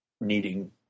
needing